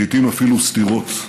לעיתים אפילו סתירות.